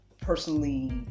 personally